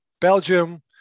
Belgium